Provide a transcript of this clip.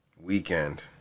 Weekend